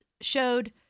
showed